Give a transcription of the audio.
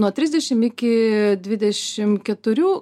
nuo trisdešim iki dvidešim keturių